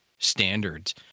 Standards